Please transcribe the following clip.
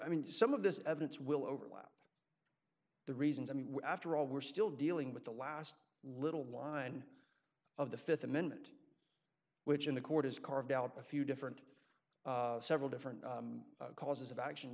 i mean some of this evidence will overlap the reasons i mean after all we're still dealing with the last little line of the th amendment which in the court has carved out a few different several different causes of action